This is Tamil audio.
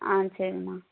ஆ சரிம்மா